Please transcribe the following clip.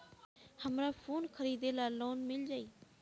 हमरा फोन खरीदे ला लोन मिल जायी?